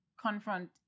confront